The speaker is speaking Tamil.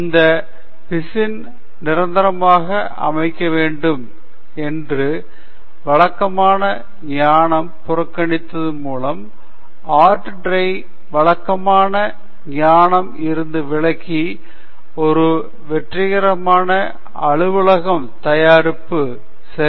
இந்த பிசின் நிரந்தரமாக அமைக்க வேண்டும் என்று வழக்கமான ஞானம் புறக்கணித்து மூலம் ஆர்ட் ப்ரை வழக்கமான ஞானம் இருந்து விலகி ஒரு வெற்றிகரமான அலுவலகம் தயாரிப்பு சரி